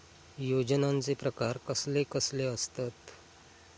योजनांचे प्रकार कसले कसले असतत?